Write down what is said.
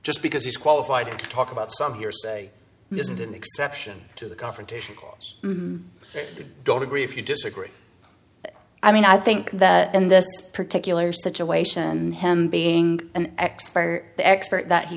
just because he's qualified to talk about some hearsay isn't an exception to the confrontation i don't agree if you disagree i mean i think that in this particular situation him being an expert the expert that he